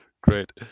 great